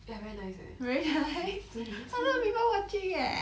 ya very nice eh 真的真的